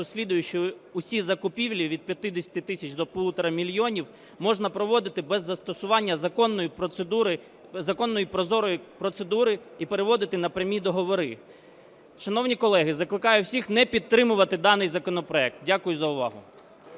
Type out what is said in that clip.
следует, що всі закупівлі від 50 тисяч до півтора мільйона можна проводити без застосування законної і прозорої процедури і переводити на прямі договори. Шановні колеги, закликаю всіх не підтримувати даний законопроект. Дякую за увагу.